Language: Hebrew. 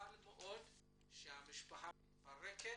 וחבל מאוד שהמשפחה מתפרקת.